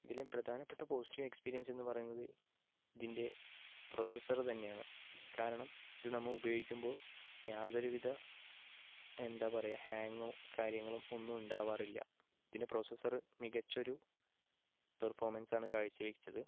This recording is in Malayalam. ഇതിലെ പ്രധാനപ്പെട്ട പോസിറ്റീവ് എക്സ്പീരിയൻസ് എന്ന് പറയുന്നത് ഇതിൻ്റെ പ്രൊസസ്സറ് തന്നെയാണ് കാരണം ഇത് നമ്മൾ ഉപയോഗിക്കുമ്പോൾ യാതൊരുവിധ എന്താ പറയുക ഹാങ്ങോ കാര്യങ്ങളോ ഒന്നും ഉണ്ടാവാറില്ല ഇതിൻ്റെ പ്രൊസസ്സറ് മികച്ച ഒരു പെർഫോമൻസാണ് കാഴ്ച വച്ചത്